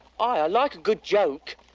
i like a good joke,